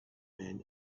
man